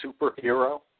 superhero